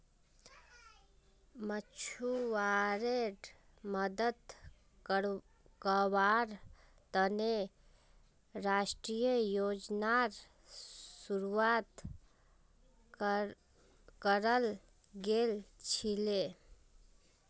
मछुवाराड मदद कावार तने राष्ट्रीय योजनार शुरुआत कराल गेल छीले